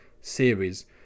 series